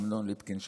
אמנון ליפקין שחק.